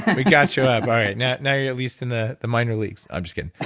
we got you up, all right. now now you're at least in the the minor leagues. i'm just kidding.